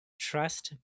trust